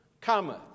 cometh